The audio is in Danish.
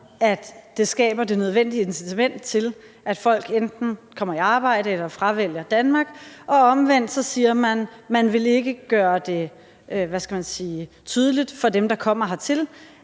at det skaber det nødvendige incitament til, at folk enten kommer i arbejde eller fravælger Danmark. På den anden side siger man, at man ikke vil gøre det tydeligt for dem, der kommer hertil,